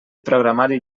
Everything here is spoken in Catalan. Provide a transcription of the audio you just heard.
programari